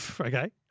okay